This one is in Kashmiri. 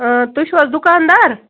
اۭں تُہۍ چھُو حظ دُکان دار